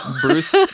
bruce